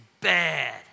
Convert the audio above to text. bad